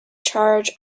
charge